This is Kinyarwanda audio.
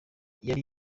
yari